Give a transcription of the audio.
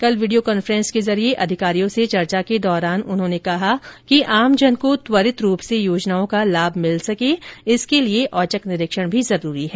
कल video conference के जरिये अधिकारियों से चर्चा के दौरान उन्होंने कहा कि आमजन को त्वरित रूप से योजनाओं का लाभ मिल सके इसके लिए औचक निरीक्षण जरूरी है